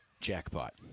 jackpot